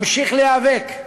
ממשיך להיאבק.